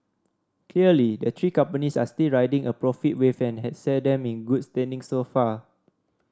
clearly the three companies are still riding a profit wave and had set them in good standing so far